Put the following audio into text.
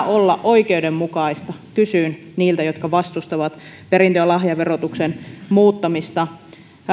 olla oikeudenmukaista kysyn niiltä jotka vastustavat perintö ja lahjaverotuksen muuttamista